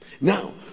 Now